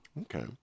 Okay